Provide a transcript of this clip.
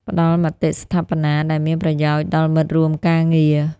ផ្តល់មតិស្ថាបនាដែលមានប្រយោជន៍ដល់មិត្តរួមការងារ។